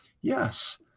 Yes